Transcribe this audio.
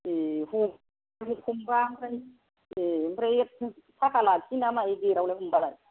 ए हमोबा ओमफ्राय थाखा लाखियोना मायो गेट आवलाय हमोबालाय